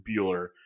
Bueller